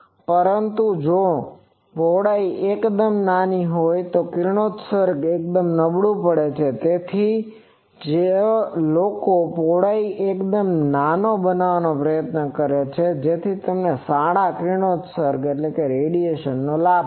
પરંતુ જો પહોળાઈ એકદમ મોટી હોય તો કિરણોત્સર્ગ એકદમ નબળું પડે છે તેથી જ લોકો પહોળાઈને એકદમ નાનો બનાવવાની પ્રયત્ન કરે છે જેથી તમને સારા કિરણોત્સર્ગ નો લાભ મળે